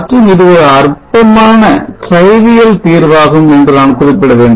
மற்றும் இது ஒரு அற்பமான தீர்வாகும் என்று நான் குறிப்பிட வேண்டும்